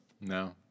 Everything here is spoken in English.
No